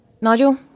Nigel